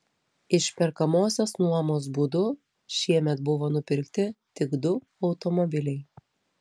išperkamosios nuomos būdu šiemet buvo nupirkti tik du automobiliai